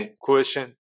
question